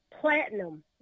platinum